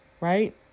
right